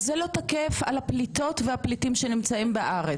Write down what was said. אז זה לא תקף על הפליטות והפליטים שנמצאים בארץ.